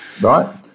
Right